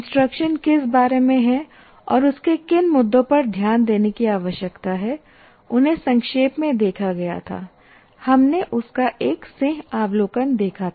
instruction किस बारे में है और उसके किन मुद्दों पर ध्यान देने की आवश्यकता है उन्हें संक्षेप में देखा गया था हमने उसका एक सिंहावलोकन देखा था